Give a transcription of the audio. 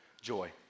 joy